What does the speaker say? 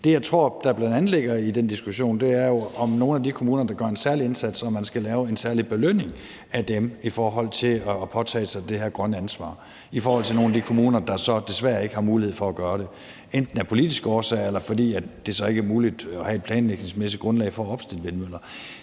er jo, om man skal give en særlig belønning til nogle af de kommuner, der gør en særlig indsats, med hensyn til at påtage sig det her ansvar, i forhold til nogle af de kommuner, der så desværre ikke har mulighed for at gøre det, enten af politiske årsager, eller fordi det så ikke er muligt at have et planlægningsmæssigt grundlag for at opstille vindmøller.